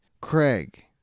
Craig